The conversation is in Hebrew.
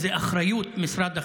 וזו אחריות משרד החינוך,